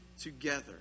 Together